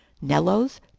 Nello's